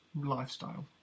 lifestyle